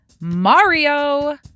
Mario